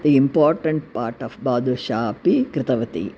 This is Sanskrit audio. इम्पार्टण्ट् पार्ट् आफ़् बादुषा अपि कृतवती